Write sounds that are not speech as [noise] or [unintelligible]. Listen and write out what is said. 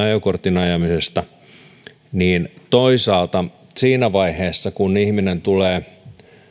[unintelligible] ajokortin ajamisesta niin toisaalta siinä vaiheessa kun ihminen tulee